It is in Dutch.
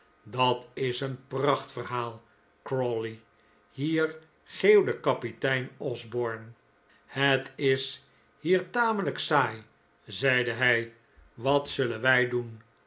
dat is een pracht verhaal crawley hier geeuwde kapitein osborne het is hier tamelijk saai zeide hij wat zullen wij doen